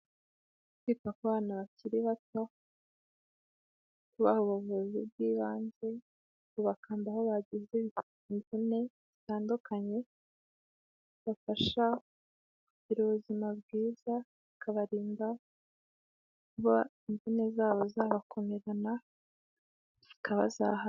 Kwita ku bana bakiri bato, ubaha ubuvuzi bw'ibanze, kubakanda aho bagize imvune zitandukanye, bibafasha kugira ubuzima bwiza bikabarinda kuba imvune zabo zabakomerana zikabazahaza.